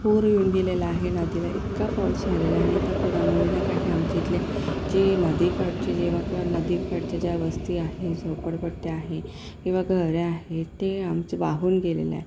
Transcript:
पूर येऊन गेलेला आहे नदीला इतका पाऊस झालेला आहे त्या पुरामुळे ज्या काही आमच्या इथले जे नदीकाठचे जेव्हा किंवा नदीकाठच्या ज्या वस्ती आहे झोपडपट्ट्या आहे किंवा घरे आहे ते आमचे वाहून गेलेले आहे